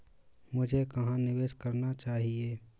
मुझे कहां निवेश करना चाहिए?